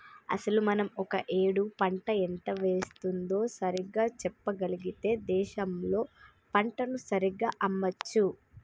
అసలు మనం ఒక ఏడు పంట ఎంత వేస్తుందో సరిగ్గా చెప్పగలిగితే దేశంలో పంటను సరిగ్గా అమ్మొచ్చు